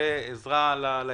הרבה עזרה לאזרחים,